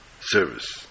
service